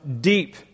deep